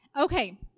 Okay